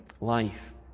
life